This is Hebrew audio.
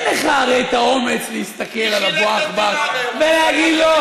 הרי אין לך את האומץ להסתכל על אבו עכבר ולהגיד לו: